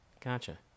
Gotcha